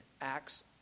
acts